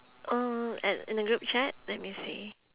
oh at in the group chat let me see